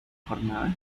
jornada